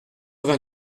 vingt